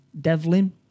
Devlin